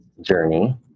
journey